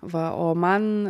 va o man